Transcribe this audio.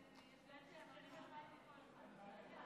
תפתח את הדיון חברת הכנסת אורית סטרוק,